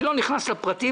אני לא נכנס לפרטים,